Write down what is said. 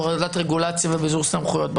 הורדת רגולציה וביזור סמכויות.